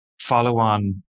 follow-on